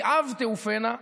"כעב תעופינה"